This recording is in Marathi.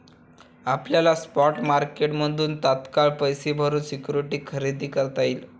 आपल्याला स्पॉट मार्केटमधून तात्काळ पैसे भरून सिक्युरिटी खरेदी करता येईल